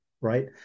Right